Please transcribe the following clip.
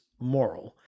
moral